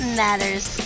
matters